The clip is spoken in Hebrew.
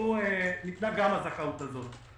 ניתנה גם הזכאות הזאת.